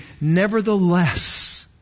Nevertheless